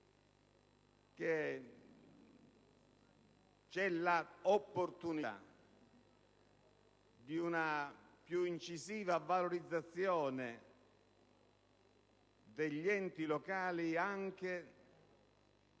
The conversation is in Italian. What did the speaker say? che c'è l'opportunità di una più incisiva valorizzazione degli enti locali anche